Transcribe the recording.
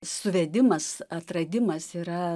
suvedimas atradimas yra